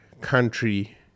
country